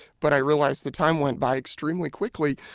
but i realized the time went by extremely quickly.